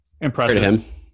Impressive